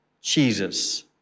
Jesus